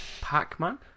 Pac-Man